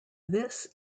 this